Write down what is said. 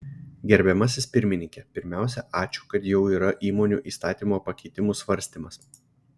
gerbiamasis pirmininke pirmiausia ačiū kad jau yra įmonių įstatymo pakeitimų svarstymas